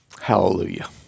Hallelujah